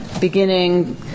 beginning